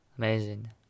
Amazing